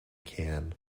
can